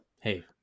Hey